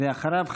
ואחריו,